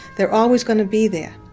they're always going to be there.